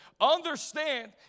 Understand